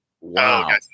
wow